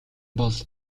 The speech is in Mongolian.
бол